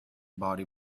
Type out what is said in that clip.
body